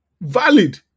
Valid